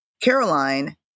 Caroline